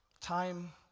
Time